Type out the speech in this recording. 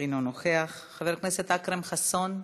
אינו נוכח, חבר הכנסת אכרם חסון,